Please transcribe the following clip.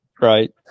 right